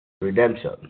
Redemption